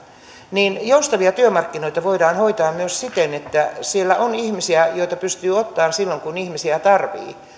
niin joustavia työmarkkinoita voidaan hoitaa myös siten että siellä on ihmisiä joita pystytään ottamaan silloin kun ihmisiä tarvitsee